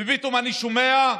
ופתאום אני שומע: